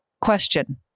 question